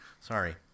Sorry